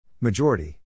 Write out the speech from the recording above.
Majority